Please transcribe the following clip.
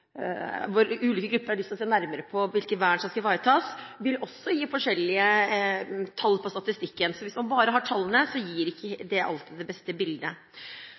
vil også gi forskjellige tall i statistikken. Så hvis man bare har tallene, gir ikke det alltid det beste bildet.